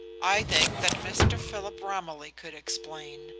i think that mr. philip romilly could explain,